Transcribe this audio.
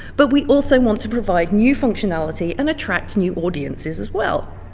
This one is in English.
but we also want to provide new functionality and attract new audiences as well.